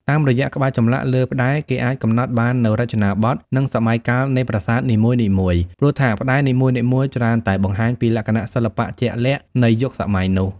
តាមរយៈក្បាច់ចម្លាក់លើផ្តែរ គេអាចកំណត់បាននូវរចនាបថ និងសម័យកាលនៃប្រាសាទនីមួយៗ ព្រោះថាផ្តែរនីមួយៗច្រើនតែបង្ហាញពីលក្ខណៈសិល្បៈជាក់លាក់នៃយុគសម័យនោះ។